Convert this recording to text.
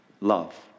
love